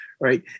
right